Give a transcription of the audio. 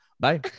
bye